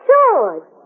George